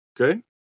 Okay